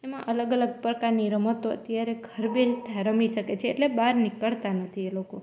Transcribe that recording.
એમાં અલગ અલગ પ્રકારની રમતો અત્યારે ઘર બેઠાં રમી શકે છે એટલે બહાર નીકળતાં નથી એ લોકો